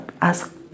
ask